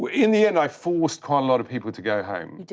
in the end i forced quite a lot of people to go home. you did?